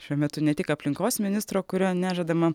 šiuo metu ne tik aplinkos ministro kurio nežadama